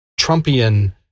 Trumpian